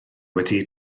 wedi